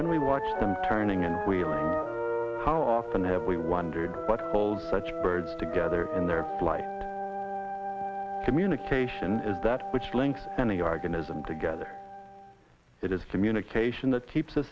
when we watch them turning and how often have we wondered what holds such birds together in their lives communication is that which links any organism together that is communication that keeps